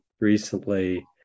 recently